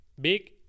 Big